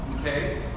Okay